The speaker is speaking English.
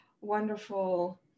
wonderful